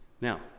Now